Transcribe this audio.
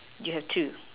you have two